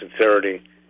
sincerity